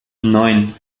neun